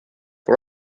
for